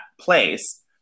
place